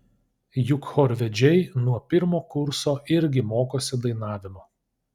juk chorvedžiai nuo pirmo kurso irgi mokosi dainavimo